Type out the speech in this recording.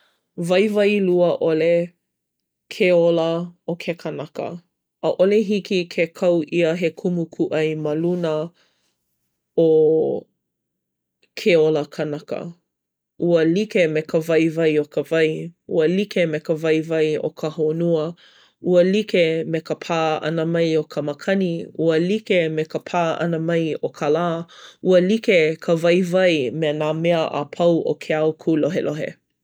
Waiwai lua ʻole ke ola o ke kanaka. ʻAʻole hiki ke kau ʻia he kumu kūʻai ma luna o ke ola kanaka. Ua like me ka waiwai o ka wai. Ua like me ka waiwai o ka honua. Ua like me ka pā ʻana mai o ka makani. Ua like me ka pā ʻana mai o ka lā. Ua like ka waiwai me nā mea a pau o ke ao kūlohelohe.